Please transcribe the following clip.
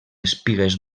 espigues